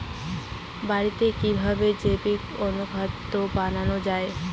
বাড়িতে কিভাবে জৈবিক অনুখাদ্য বানানো যায়?